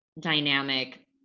dynamic